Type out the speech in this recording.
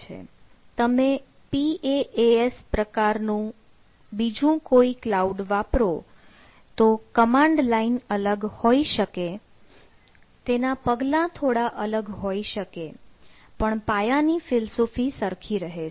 તમે PaaS પ્રકારનું બીજું કોઈ ક્લાઉડ વાપરો તો કમાન્ડ લાઈન અલગ હોઈ શકે તેના પગલાં થોડા અલગ હોઈ શકે પણ પાયાની ફિલસૂફી સરખી રહે છે